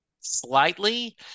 slightly